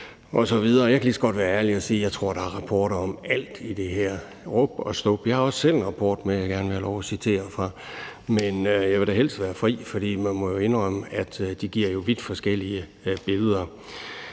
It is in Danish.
jeg kan lige så godt være ærlig at sige, at jeg tror, der er rapporter om alt i det her, rub og stub. Jeg har også selv en rapport med, som jeg gerne vil have lov at citere fra, men jeg vil da helst være fri, for man må jo indrømme, at rapporterne tegner vidt forskellige billeder.